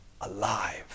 alive